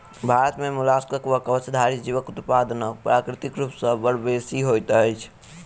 भारत मे मोलास्कक वा कवचधारी जीवक उत्पादन प्राकृतिक रूप सॅ बड़ बेसि होइत छै